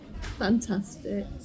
Fantastic